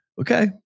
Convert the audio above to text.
okay